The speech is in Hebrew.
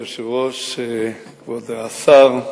כבוד היושב-ראש, כבוד השר,